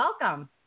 Welcome